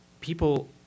people